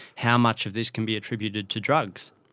how much of this can be attributed to drugs?